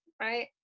right